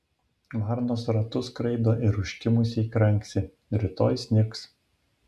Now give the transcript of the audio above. varnos ratu skraido ir užkimusiai kranksi rytoj snigs